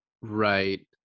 Right